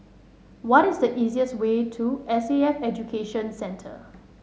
what is the easiest way to S A F Education Centre